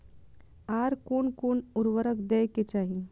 आर कोन कोन उर्वरक दै के चाही?